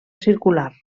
circular